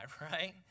right